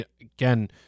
again